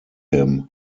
him